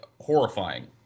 horrifying